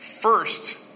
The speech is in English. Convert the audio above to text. first